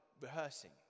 rehearsing